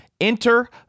Enter